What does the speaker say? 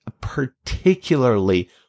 particularly